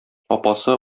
апасы